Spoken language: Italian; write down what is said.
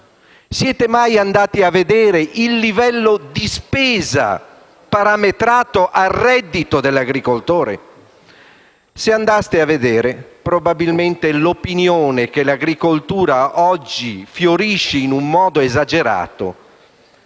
Siete mai andati a vedere il livello di spesa parametrato al reddito dell'agricoltore? Se andaste a vedere, probabilmente vi rendereste conto che l'opinione per cui l'agricoltura oggi fiorisce in un modo esagerato